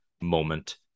moment